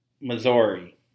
Missouri